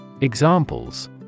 Examples